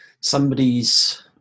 somebody's